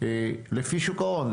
לפי שוק ההון,